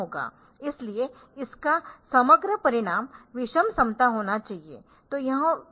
इसलिए इसका समग्र परिणाम विषम समता होना चाहिए